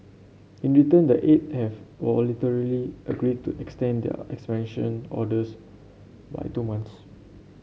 in return the eight have voluntarily agreed to extend their expansion orders by two months